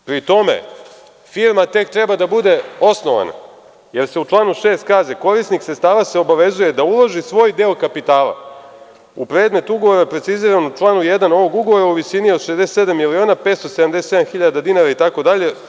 Pri tome, firma tek treba da bude osnovana, jer se u članu 6. kaže – korisnik sredstava se obavezuje da uloži svoj deo kapitala u predmet ugovora preciziram u članu 1. ovog ugovora u visini od 67.577.000 dinara itd.